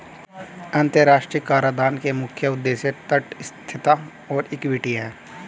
अंतर्राष्ट्रीय कराधान के मुख्य उद्देश्य तटस्थता और इक्विटी हैं